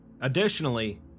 Additionally